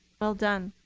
well done.